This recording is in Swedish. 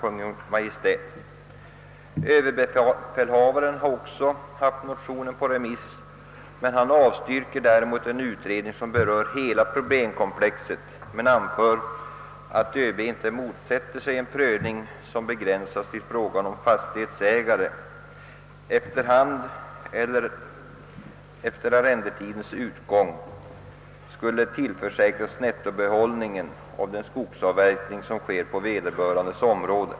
Också överbefälhavaren har haft frågan på remiss, Denne avstyrker däremot en utredning som berör hela problemkomplexet men anför, att han inte motsätter sig en prövning, vilken begränsas till frågan, om fastighetsägare — efter hand eller vid arrendetidens utgång — skulle tillförsäkras nettobehållningen av den skogsavverkning som sker på vederbörandes område.